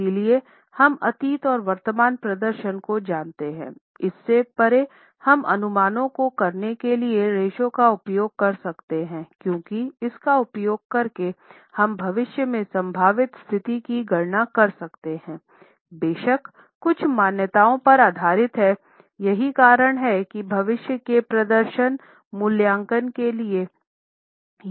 इसलिए हम अतीत और वर्तमान प्रदर्शन को जानते हैं इससे परे हम अनुमानों को करने के लिए रेश्यो का उपयोग कर सकते हैं क्योंकि इसका उपयोग करके हम भविष्य में संभावित स्थिति की गणना कर सकते हैं बेशक कुछ मान्यताओं पर आधारित है यही कारण है कि भविष्य के प्रदर्शन मूल्यांकन के लिए यह भी उपयोगी है